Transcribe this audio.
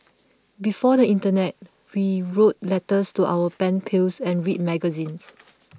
before the internet we wrote letters to our pen pals and read magazines